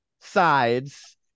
sides